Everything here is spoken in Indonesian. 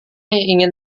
ingin